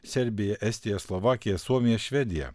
serbiją estiją slovakiją suomiją švediją